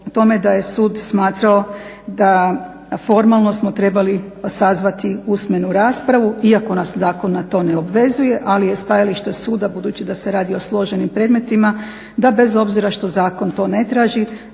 tome da je sud smatrao da formalno smo trebali sazvati usmenu raspravu, iako nas zakon na to ne obvezuje. Ali je stajalište suda budući se radi o složenim predmetima da bez obzira što zakon to ne traži